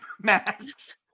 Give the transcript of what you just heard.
masks